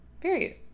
Period